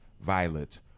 Violet